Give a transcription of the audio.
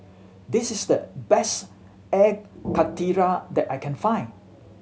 this is the best Air Karthira that I can find